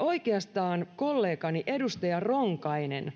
oikeastaan kollegani edustaja ronkainen